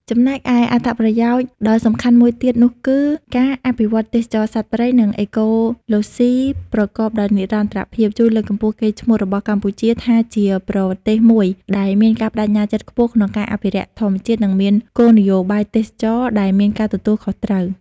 ចំំណែកឯ អត្ថប្រយោជន៍ដល់សំខាន់មួយទៀតនោះគឺ ការអភិវឌ្ឍទេសចរណ៍សត្វព្រៃ និងអេកូឡូស៊ីប្រកបដោយនិរន្តរភាព ជួយលើកកម្ពស់កេរ្តិ៍ឈ្មោះរបស់កម្ពុជាថាជាប្រទេសមួយដែលមានការប្តេជ្ញាចិត្តខ្ពស់ក្នុងការអភិរក្សធម្មជាតិ និងមានគោលនយោបាយទេសចរណ៍ដែលមានការទទួលខុសត្រូវ។